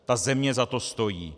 Ta země za to stojí.